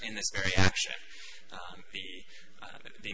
in the